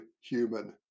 human